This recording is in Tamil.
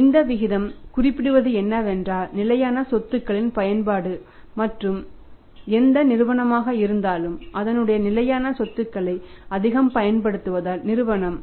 இந்த விகிதம் குறிப்பிடுவது என்னவென்றால் நிலையான சொத்துக்களின் பயன்பாடு மற்றும் எந்த நிறுவனமாக இருந்தாலும் அதனுடைய நிலையான சொத்துக்களை அதிகம் பயன்படுத்துவதால் நிறுவனம்